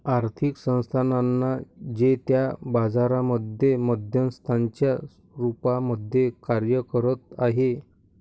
आर्थिक संस्थानांना जे त्या बाजारांमध्ये मध्यस्थांच्या रूपामध्ये कार्य करत आहे